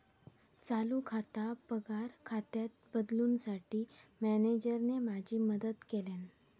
चालू खाता पगार खात्यात बदलूंसाठी मॅनेजरने माझी मदत केल्यानं